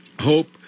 Hope